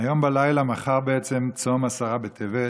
היום בלילה, מחר בעצם, צום עשרה בטבת,